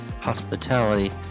hospitality